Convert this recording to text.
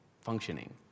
functioning